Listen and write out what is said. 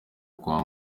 kwa